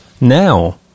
now